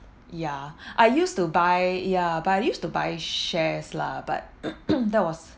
yeah I used to buy yeah but I used to buy shares lah but that was